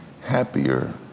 happier